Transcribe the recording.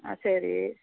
ஆ சரி